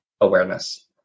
awareness